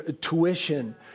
tuition